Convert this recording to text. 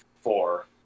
four